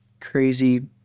crazy